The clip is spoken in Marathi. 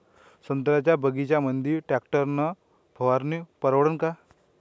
संत्र्याच्या बगीच्यामंदी टॅक्टर न फवारनी परवडन का?